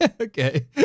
Okay